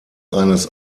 eines